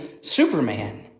Superman